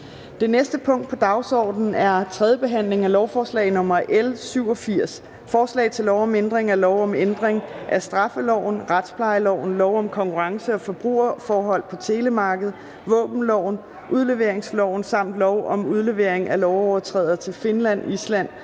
Det næste punkt på dagsordenen er: 9) 3. behandling af lovforslag nr. L 87: Forslag til lov om ændring af lov om ændring af straffeloven, retsplejeloven, lov om konkurrence- og forbrugerforhold på telemarkedet, våbenloven, udleveringsloven samt lov om udlevering af lovovertrædere til Finland, Island,